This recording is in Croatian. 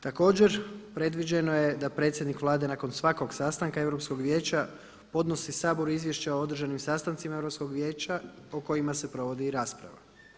Također predviđeno je da predsjednik Vlade nakon svakog sastanka Europskog vijeća podnosi saboru izvješće o održanim sastancima Europskog vijeća po kojima se provodi i rasprava.